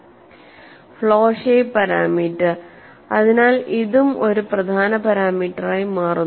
flow shape parameter അതിനാൽ അതും ഒരു പ്രധാന പാരാമീറ്ററായി മാറുന്നു